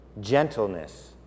gentleness